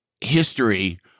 history